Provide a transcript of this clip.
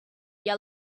you